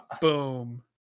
boom